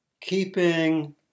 keeping